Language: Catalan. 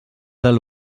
del